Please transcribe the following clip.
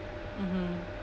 mmhmm